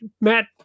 Matt